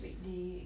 weekday